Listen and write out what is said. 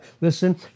Listen